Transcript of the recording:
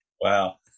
Wow